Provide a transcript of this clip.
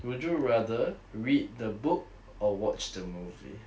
would you rather read the book or watch the movie